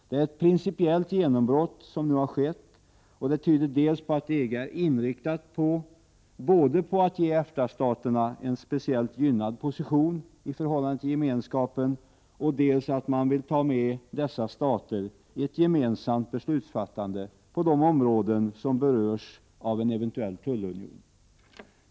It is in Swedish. Det är ett principiellt genombrott som nu har skett, och det tyder dels på att EG är inriktat på att ge EFTA-staterna en speciellt gynnad position i förhållande till gemenskapen, dels på att EG vill ta med dessa stater i ett gemensamt beslutsfattande på de områden som berörs av en eventuell tullunion.